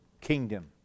kingdom